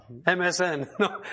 msn